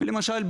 למשל,